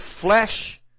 flesh